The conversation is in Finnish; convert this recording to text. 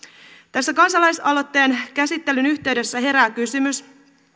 tässä kansalaisaloitteen käsittelyn yhteydessä herää kysymys